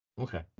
Okay